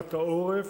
להגנת העורף.